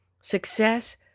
Success